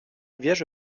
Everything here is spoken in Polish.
wierzy